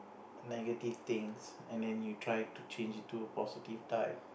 negative things and then you try to change it to a positive type